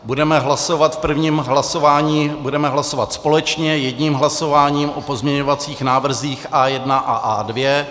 Budeme hlasovat v prvním hlasování, budeme hlasovat společně jedním hlasováním o pozměňovacích návrzích A1 a A2.